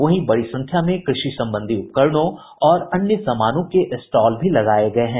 वहीं बड़ी संख्या में कृषि संबंधी उपकरणों और अन्य सामानों के स्टॉल भी लगाये गये हैं